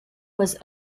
was